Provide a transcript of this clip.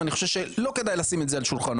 אני חושב שלא כדאי לשים את זה על שולחנו,